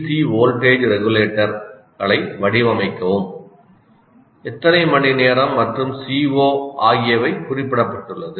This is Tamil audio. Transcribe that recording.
சி வோல்ட்டேஜ் ரெகுலேட்டர் களை வடிவமைக்கவும்' எத்தனை மணி நேரம் மற்றும் CO ஆகியவை குறிப்பிடப்பட்டுள்ளது